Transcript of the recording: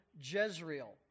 Jezreel